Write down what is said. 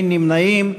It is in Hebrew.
אין נמנעים.